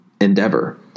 endeavor